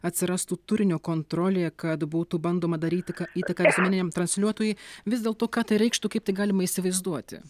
atsirastų turinio kontrolė kad būtų bandoma daryti įtaką visuomeniniam transliuotojui vis dėlto ką tai reikštų kaip tai galima įsivaizduoti